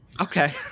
Okay